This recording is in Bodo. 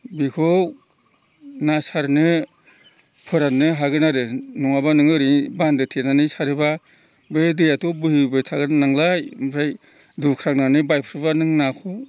बेखौ ना सारनो फोराननो हागोन आरो नङाब्ला नोङो ओरै बान्दो थेनानै सारोब्ला बे दैयाथ' बोहैबाय थागोन नालाय ओमफ्राय दुख्रांनानै बायफ्रुब्ला नों नाखौ